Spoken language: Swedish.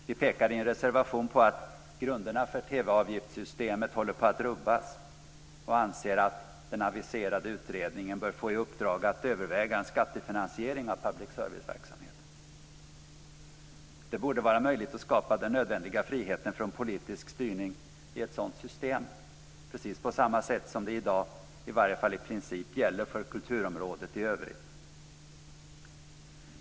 Vi pekar i en reservation på att grunderna för TV avgiftssystemet håller på att rubbas och anser att den aviserade utredningen bör få i uppdrag att överväga en skattefinansiering av public service-verksamheten. Det borde vara möjligt att skapa den nödvändiga friheten från politisk styrning i ett sådant system på precis samma sätt som i dag, i varje fall i princip, gäller för kulturområdet i övrigt.